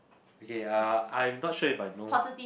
okay uh I'm not sure if I know